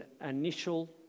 initial